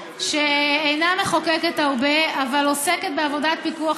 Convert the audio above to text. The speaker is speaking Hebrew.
אנחנו מחוקקים הרבה יותר מדי,